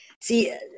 See